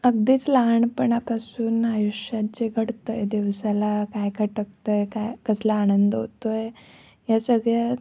अगदीच लहानपणापासून आयुष्यात जे घडतं आहे दिवसाला काय खटकतं आहे काय कसला आनंद होतो आहे या सगळ्या